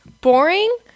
boring